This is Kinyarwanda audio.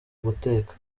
guteka